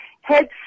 Head